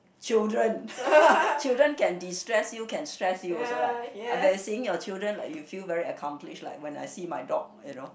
children children can destress you can stress you also right uh by seeing your children like you feel very accomplished like when I see my dog you know